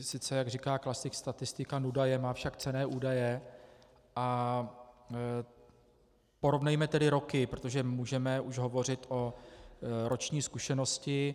Sice jak říká klasik, statistika nuda je, má však cenné údaje, a porovnejme tedy roky, protože můžeme už hovořit o roční zkušenosti.